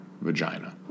vagina